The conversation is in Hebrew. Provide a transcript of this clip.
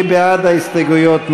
מי בעד ההסתייגויות?